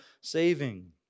saving